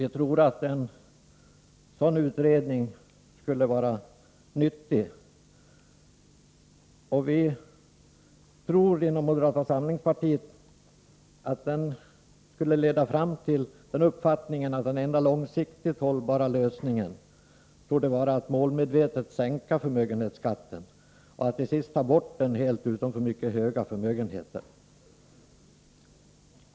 Vi tror att en sådan här utredning skulle vara nyttig, och vi inom moderata samlingspartiet tror att den skulle leda fram till slutsatsen att den enda långsiktigt hållbara lösningen torde vara att målmedvetet sänka förmögenhetsskatten och att till sist ta bort den helt utom för mycket stora förmögenheter.